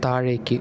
താഴേക്ക്